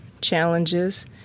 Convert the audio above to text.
challenges